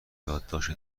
یادداشت